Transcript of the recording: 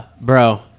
bro